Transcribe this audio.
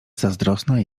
zazdrosna